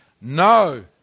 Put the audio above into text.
no